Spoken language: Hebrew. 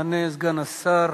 יענה סגן השר